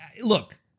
look